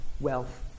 wealth